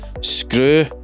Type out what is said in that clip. screw